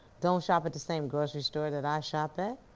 don't shop at the same grocery store that i shop at,